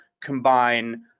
combine